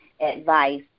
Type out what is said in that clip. advice